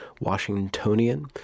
Washingtonian